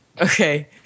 Okay